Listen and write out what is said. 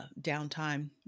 downtime